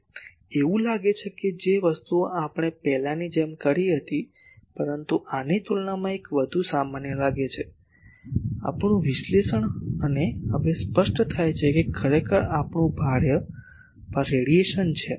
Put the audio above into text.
હવે એવું લાગે છે કે જે વસ્તુ આપણે પહેલાંની જેમ કરી હતી પરંતુ આની તુલનામાં એક વધુ સામાન્ય લાગે છે આપણું વિશ્લેષણ અને હવે સ્પષ્ટ થાય છે કે ખરેખર આપણું ભાર રેડિયેશન છે